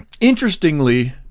interestingly